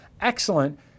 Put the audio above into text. Excellent